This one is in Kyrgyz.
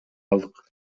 алдык